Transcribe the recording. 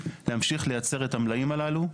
ולהמשיך לייצר את המלאים הללו.